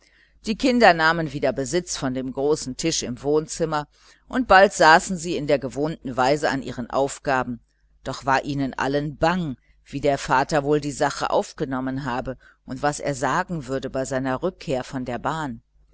die kinder nahmen wieder besitz von dem großen tisch im wohnzimmer und saßen bald in der gewohnten weise an ihren aufgaben doch war ihnen allen bang wie der vater wohl die sache aufgenommen habe und was er sagen würde bei seiner rückkehr von der bahn